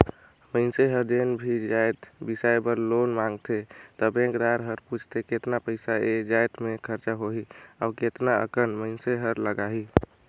मइनसे हर जेन भी जाएत बिसाए बर लोन मांगथे त बेंकदार हर पूछथे केतना पइसा ए जाएत में खरचा होही अउ केतना अकन मइनसे हर लगाही